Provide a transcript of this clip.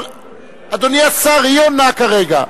אדוני השר, היא עונה כרגע.